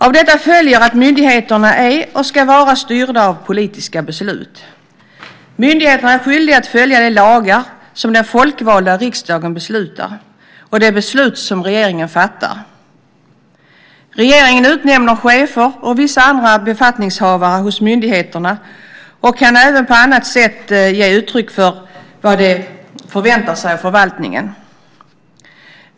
Av detta följer att myndigheterna är och ska vara styrda av politiska beslut. Myndigheterna är skyldiga att följa de lagar som den folkvalda riksdagen beslutar och de beslut som regeringen fattar. Regeringen utnämner chefer och vissa andra befattningshavare vid myndigheterna och kan även på annat sätt ge uttryck för vad den förväntar sig av förvaltningen.